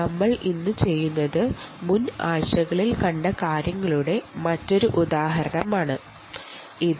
നമുക്ക് ഇന്ന് മുൻ ആഴ്ചകളിൽ കണ്ട കാര്യങ്ങളുടെ മറ്റൊരു ഉദാഹരണം കാണാം